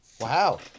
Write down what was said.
Wow